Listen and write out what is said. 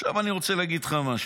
עכשיו, אני רוצה להגיד לך משהו.